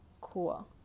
Cool